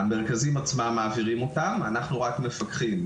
המרכזים עצמם מעבירים אותם, אנחנו רק מפקחים.